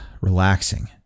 relaxing